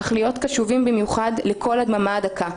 אך להיות קשובים במיוחד לקול הדממה הדקה,